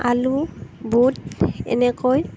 আলু বুট এনেকৈ